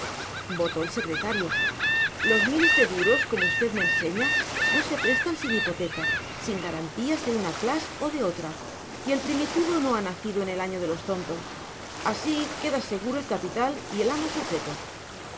votó el secretario los miles de duros como usted me enseña no se prestan sin hipoteca sin garantías de una clás o de otra y el primitivo no ha nacido en el año de los tontos así queda seguro el capital y el amo sujeto